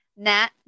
Nat